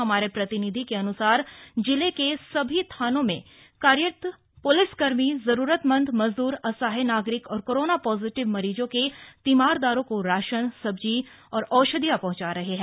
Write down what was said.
हमारे प्रतिनिधि के अनुसार जिले के सभी थानों में कार्यरत पुलिसकर्मी जरूरतमंद मजदूर असहाय नागरिक और कोरोना पॉजिटीव मरीजों के तीमारदारों को राशन सब्जी और औषधियाँ पहुंचा रहे हैं